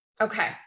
Okay